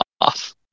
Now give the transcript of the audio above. off